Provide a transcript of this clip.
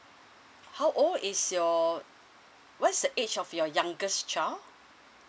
how old is your what's the age of your youngest child